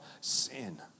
sin